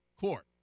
court